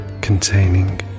containing